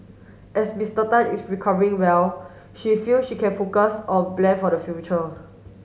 as Mister Tan is recovering well she feel she can focus on plan for the future